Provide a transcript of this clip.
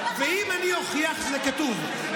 ואם אני אוכיח שזה כתוב,